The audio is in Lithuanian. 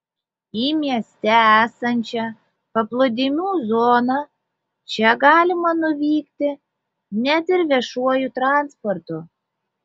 į mieste esančią paplūdimių zoną čia galima nuvykti net ir viešuoju transportu